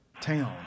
town